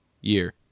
year